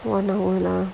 one hour lah